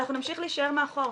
אנחנו נמשיך להישאר מאחור,